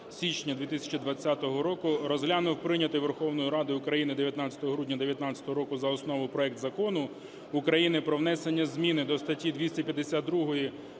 січня 2020 року розглянув прийнятий Верховною Радою України 19 грудня 2019 року за основу проект Закону України про внесення зміни до статті 252